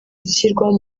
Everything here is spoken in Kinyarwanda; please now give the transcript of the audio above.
zishyirwaho